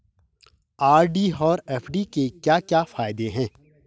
RD और FD के क्या क्या फायदे हैं?